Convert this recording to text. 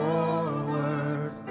Forward